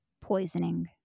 poisoning